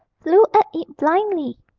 flew at it blindly.